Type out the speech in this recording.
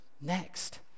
next